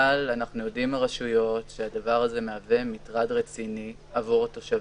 אבל אנחנו יודעים מהרשויות שהדבר הזה מהווה מטרד רציני עבור התושבים.